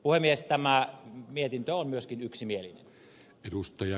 tämä mietintö on myöskin yksimielinen